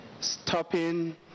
Stopping